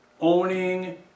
owning